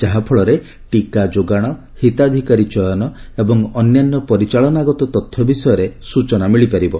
ଯାହାଫଳରେ ଟିକା ଯୋଗାଣ ହିତାଧିକାରୀ ଚୟନ ଏବଂ ଅନ୍ୟାନ୍ୟ ପରିଚାଳନାଗତ ତଥ୍ୟ ବିଷୟରେ ସୂଚନା ମିଳିପାରିବ